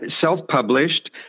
self-published